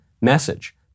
message